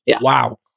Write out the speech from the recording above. Wow